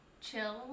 Chill